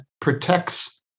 protects